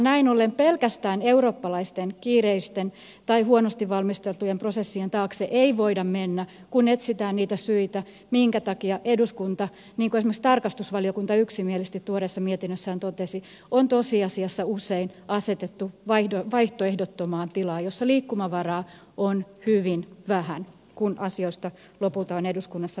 näin ollen pelkästään eurooppalaisten kiireisten tai huonosti valmisteltujen prosessien taakse ei voida mennä kun etsitään niitä syitä minkä takia eduskunta niin kuin esimerkiksi tarkastusvaliokunta yksimielisesti tuoreessa mietinnössään totesi on tosiasiassa usein asetettu vaihtoehdottomaan tilaan jossa liikkumavaraa on hyvin vähän kun asioista lopulta on eduskunnassa päätetty